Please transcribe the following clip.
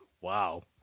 wow